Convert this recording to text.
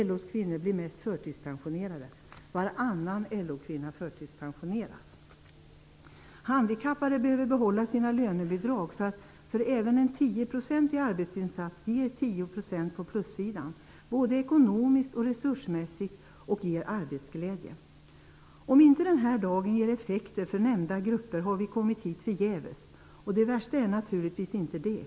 Det är flest LO Handikappade behöver behålla sina lönebidrag. Även en 10-procentig arbetsinsats ger 10 % på plussidan både ekonomiskt och resursmässigt, och det ger arbetsglädje. Om den här dagen inte ger effekter för nämnda grupper har vi kommit hit förgäves. Det är naturligtvis inte det värsta.